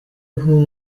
aho